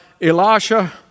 Elisha